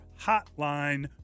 Hotline